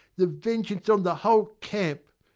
the vengeance on the whole camp!